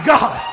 God